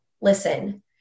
listen